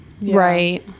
right